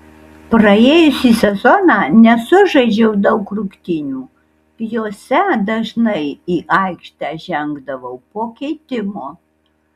praėjusį sezoną nesužaidžiau daug rungtynių jose dažnai į aikštę žengdavau po keitimo